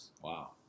Wow